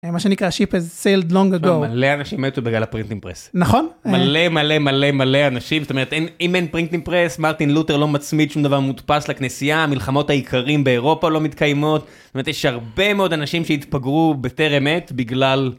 מה שנקרא שיפ הס סיילד לונג אגו מלא אנשים בגלל הפרינטים פרס נכון מלא מלא מלא מלא אנשים תמיד אין אם אין פרינטים פרס מרטין לותר לא מצמיד שום דבר מודפס לכנסייה המלחמות העיקריים באירופה לא מתקיימות. זתומרת יש הרבה מאוד אנשים שהתפגרו בטרם עת בגלל.